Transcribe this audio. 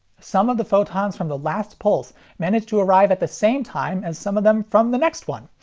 some of the photons from the last pulse manage to arrive at the same time as some of them from the next one.